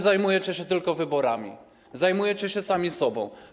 Zajmujecie się tylko wyborami, zajmujecie się sami sobą.